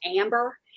amber